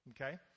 Okay